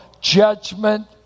judgment